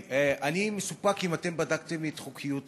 ראה, אני מסופק אם אתם בדקתם את חוקיות העניין,